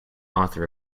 author